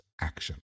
action